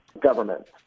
government